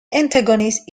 antagonist